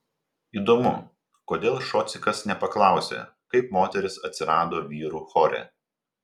įdomu kodėl šocikas nepaklausė kaip moteris atsirado vyrų chore